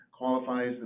qualifies